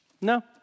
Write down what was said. No